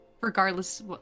Regardless